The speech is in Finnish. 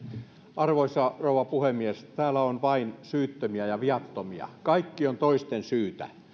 arvoisa rouva puhemies täällä on vain syyttömiä ja viattomia kaikki on toisten syytä